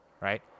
right